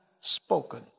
spoken